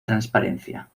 transparencia